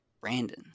Brandon